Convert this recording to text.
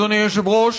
אדוני היושב-ראש,